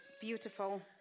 beautiful